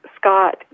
Scott